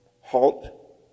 halt